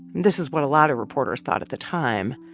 this is what a lot of reporters thought at the time.